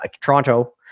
Toronto